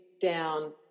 down